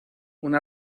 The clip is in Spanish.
una